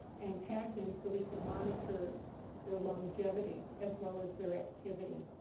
and tag them so we could monitor their longevity as well as their activity.